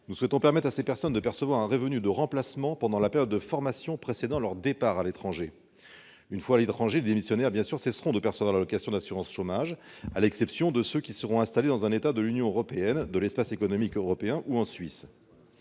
Nous souhaitons permettre à ces personnes de percevoir un revenu de remplacement pendant la période de formation précédant leur départ à l'étranger. Une fois à l'étranger, les démissionnaires cesseront de percevoir l'allocation d'assurance chômage, à l'exception de ceux qui se seront installés dans un État de l'Union européenne, de l'Espace économique européen ou en Suisse.